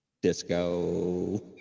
Disco